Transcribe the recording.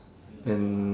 and